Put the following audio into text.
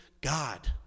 God